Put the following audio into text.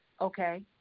okay